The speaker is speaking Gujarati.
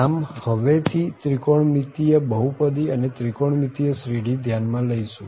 આમ હવે થી ત્રિકોણમિતિય બહુપદી અને ત્રિકોણમિતિય શ્રેઢી ધ્યાન માં લઈશું